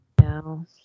No